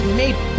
made